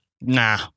Nah